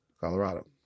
Colorado